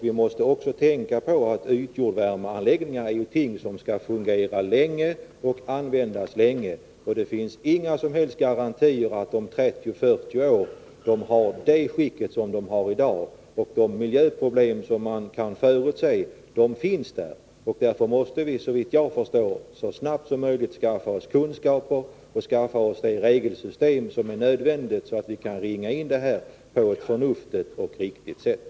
Vi måste också tänka på att ytjordvärmeanläggningarna är ting som skall fungera och användas länge. Det finns inga som helst garantier för att de om 30-40 år är i samma skick som i dag. Vi kan förutse miljöproblemen, och därför måste vi, såvitt jag förstår, så snabbt som möjligt skaffa oss sådana kunskaper och ett sådant regelsystem att vi kan ringa in problemen på ett förnuftigt och riktigt sätt.